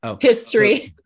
history